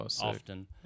often